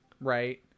right